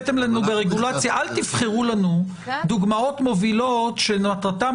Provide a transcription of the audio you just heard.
אל תבחרו לנו דוגמאות מובילות שמטרתן